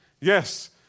Yes